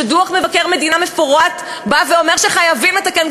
שדוח מפורט של מבקר המדינה בא ואומר שחייבים לתקן,